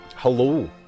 Hello